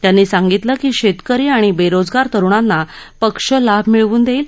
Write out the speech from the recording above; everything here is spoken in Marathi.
त्यांनी सांगितलं की शेतकरी आणि बेरोजगार तरुणांना पक्ष लाभ मिळवून देईल